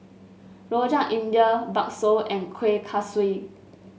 Rojak India bakso and Kueh Kaswi